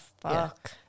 fuck